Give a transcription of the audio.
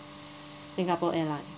s~ Singapore Airlines